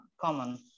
common